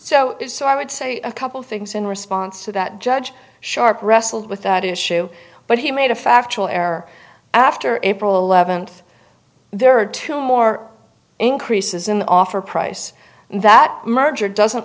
so so i would say a couple things in response to that judge sharp wrestled with that issue but he made a factual error after april eleventh there are two more increases in the offer price that merger doesn't